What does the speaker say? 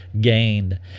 gained